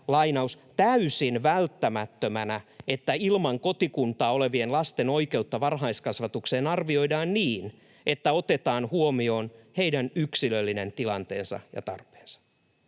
”täysin välttämättömänä”, että ilman kotikuntaa olevien lasten oikeutta varhaiskasvatukseen arvioidaan niin, että otetaan huomioon heidän yksilöllinen tilanteensa ja tarpeensa.